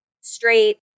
straight